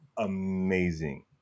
amazing